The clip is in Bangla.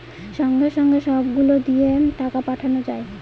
সঙ্গে সঙ্গে সব গুলো দিয়ে টাকা পাঠানো যায়